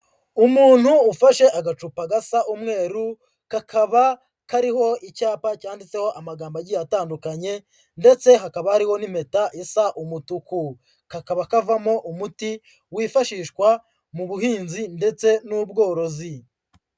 Umuntu ufashe agacupa gasa umweru, kakaba kariho icyapa cyanditseho amagambo agiye atandukanye ndetse hakaba hariho n'impeta isa umutuku, kakaba kavamo umuti wifashishwa mu buhinzi ndetse n'ubworozi.